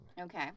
Okay